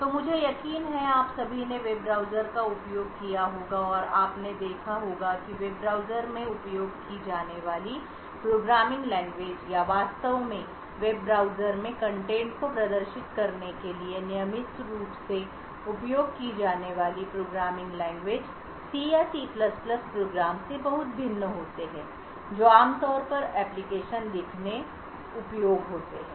तो मुझे यकीन है कि आप सभीने वेब ब्राउज़र का उपयोग किया होगा और आपने देखा होगा कि वेब ब्राउज़र में उपयोग की जाने वाली प्रोग्रामिंग लैंग्वेज या वास्तव में वेब ब्राउज़र में कंटेंट को प्रदर्शित करने के लिए नियमित रूप से उपयोग की जाने वाली प्रोग्रामिंग लैंग्वेज C या C प्रोग्राम से बहुत भिन्न होते हैं जो आमतौर पर एप्लिकेशन लिखने उपयोग होते हैं